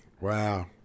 wow